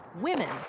Women